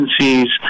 agencies